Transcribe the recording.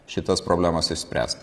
šitas problemas išspręsti